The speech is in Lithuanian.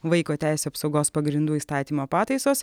vaiko teisių apsaugos pagrindų įstatymo pataisos